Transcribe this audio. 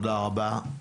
תודה רבה.